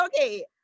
okay